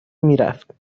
میرفت